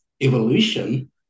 evolution